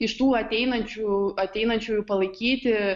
iš tų ateinančių ateinančiųjų palaikyti